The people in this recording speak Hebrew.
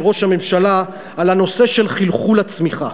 ראש הממשלה על הנושא של חלחול הצמיחה.